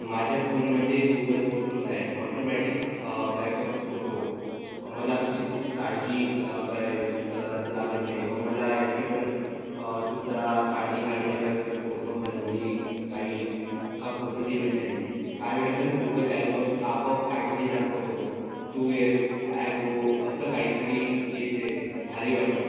माझ्या फोनमध्ये Google photos आहे ऑटोमॅटिक बॅकअप होतो मला कशाचीच काळजी करायची लागत नाही व मला याची पण सुद्धा काळजी घ्यावी नाही लागत की फोटो हरवली काही का फोटो डिलीट झाली काय वेळे तर गुगल ॲल्बम्स आपोआप आठवणी दाखवतो टू इयर्स ॲगो असं काहीतरी येते भारी वाटतं